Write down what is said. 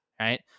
right